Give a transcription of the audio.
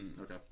Okay